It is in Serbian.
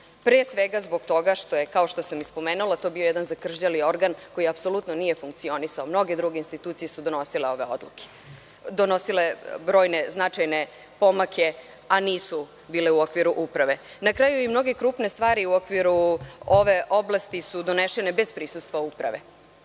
Pre svega zbog toga što je, kao što sam već spomenula, to bio jedan zakržljali organ koji apsolutno nije funkcionisao, mnoge druge institucije su donosile brojne značajne pomake a nisu bile u okviru uprave. Na kraju, i mnoge krupne stvari u okviru ove oblasti su donesene bez prisustva Uprave